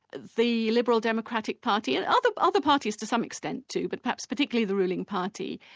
the liberal democratic party, and other other parties to some extent too, but perhaps particularly the ruling party,